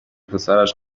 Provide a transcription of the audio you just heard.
پسرش